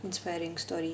inspiring story